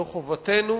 זו חובתנו